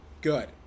Good